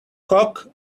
cock